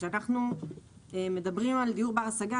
כשאנחנו מדברים על דיור בר השגה,